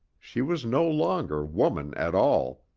she was no longer woman at all,